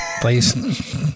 please